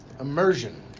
immersion